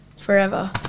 forever